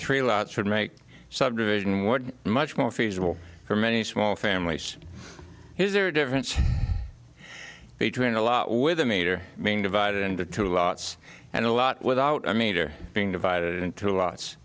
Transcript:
three lots would make a subdivision were much more feasible for many small families is there a difference between a lot with the meter being divided into two lots and a lot without a meter being divided into lots